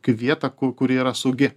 kaip vietą kur kuri yra saugi